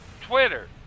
Twitter